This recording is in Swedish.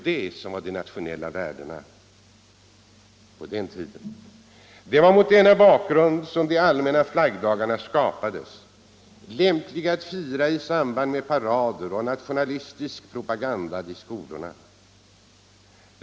Det var mot denna bakgrund som de allmänna flaggdagarna skapades, lämpliga att fira i samband med parader och nationalistisk propaganda i skolorna.